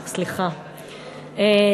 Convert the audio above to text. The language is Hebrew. סליחה,